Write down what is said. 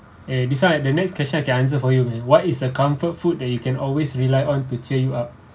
eh this one the next question I can answer for you man what is a comfort food that you can always rely on to cheer you up